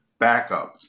backups